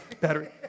battery